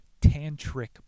tantric